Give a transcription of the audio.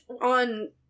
on